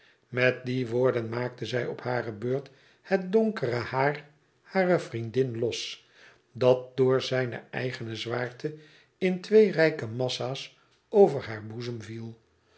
met die woorden maakte zij op hare beurt het donkere haar harer vriendin los dat door zijne eigene zwaarte in twee rijke massa's over haar boezem viel